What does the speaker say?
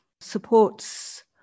supports